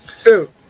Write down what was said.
two